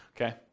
Okay